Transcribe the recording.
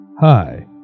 Hi